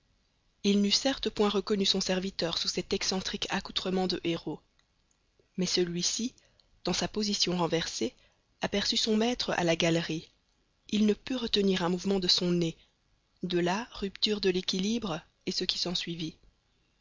il n'eût certes point reconnu son serviteur sous cet excentrique accoutrement de héraut mais celui-ci dans sa position renversée aperçut son maître à la galerie il ne put retenir un mouvement de son nez de là rupture de l'équilibre et ce qui